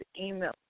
email